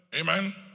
Amen